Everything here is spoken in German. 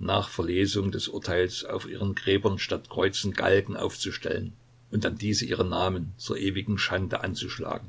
nach verlesung des urteils auf ihren gräbern statt kreuzen galgen aufzustellen und an diese ihre namen zur ewigen schande anzuschlagen